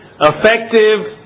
Effective